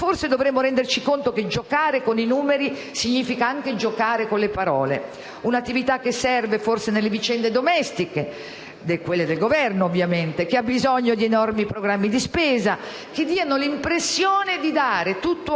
Dovremmo renderci conto che giocare con i numeri significa anche giocare con le parole, un'attività che serve forse nelle vicende domestiche, quelle del Governo ovviamente, che ha bisogno di enormi programmi di spesa che diano l'impressione di dare tutto a